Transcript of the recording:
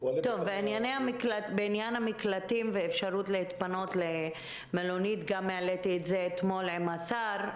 בעניין המקלטים ואפשרות להתפנות למלונית גם העליתי את זה אתמול עם השר,